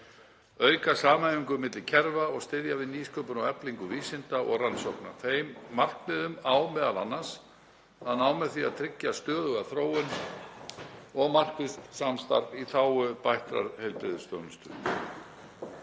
auka samhæfingu milli kerfa og styðja við nýsköpun og eflingu vísinda og rannsókna. Þeim markmiðum á m.a. að ná með því að tryggja stöðuga þróun og markvisst samstarf í þágu bættrar heilbrigðisþjónustu.